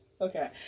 okay